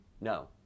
No